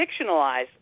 fictionalized